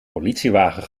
politiewagen